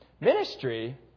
Ministry